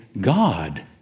God